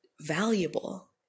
valuable